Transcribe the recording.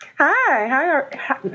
Hi